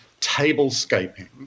tablescaping